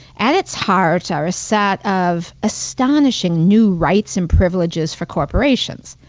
and its heart are a set of astonishing new rights and privileges for corporations.